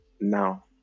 now